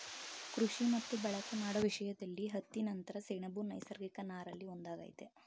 ಕೃಷಿ ಮತ್ತು ಬಳಕೆ ಮಾಡೋ ವಿಷಯ್ದಲ್ಲಿ ಹತ್ತಿ ನಂತ್ರ ಸೆಣಬು ನೈಸರ್ಗಿಕ ನಾರಲ್ಲಿ ಒಂದಾಗಯ್ತೆ